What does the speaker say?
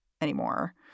anymore